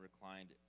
reclined